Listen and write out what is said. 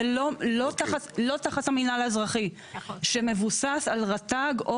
לא תחת המינהל האזרחי שמבוסס על רט"ג,